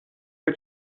que